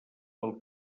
del